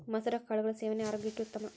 ಮಸುರ ಕಾಳುಗಳ ಸೇವನೆ ಆರೋಗ್ಯಕ್ಕೆ ಉತ್ತಮ